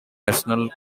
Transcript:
national